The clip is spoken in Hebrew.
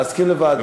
להסכים לוועדה?